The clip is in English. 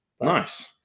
Nice